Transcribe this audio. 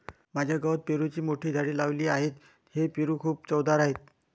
माझ्या गावात पेरूची मोठी झाडे लावली आहेत, हे पेरू खूप चवदार आहेत